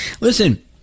Listen